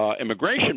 immigration